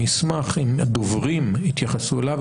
אני אשמח אם הדוברים יתייחסו אליו.